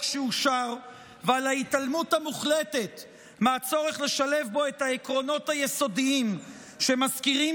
שאושר ועל ההתעלמות המוחלטת מהצורך לשלב בו את העקרונות היסודיים שמזכירים